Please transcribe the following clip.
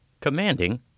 Commanding